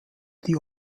die